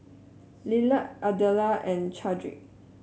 Lillard Adella and Chadrick